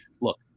Look